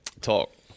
talk